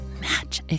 match